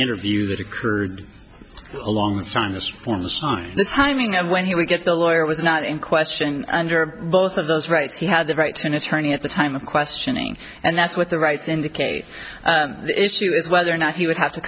interview that occurred along with china's form of time the timing of when he would get the lawyer was not in question under both of those rights he had the right to an attorney at the time of questioning and that's what the rights indicate the issue is whether or not he would have to